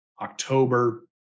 October